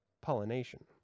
pollination